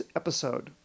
episode